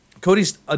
Cody's